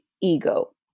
ego